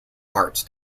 parts